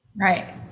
Right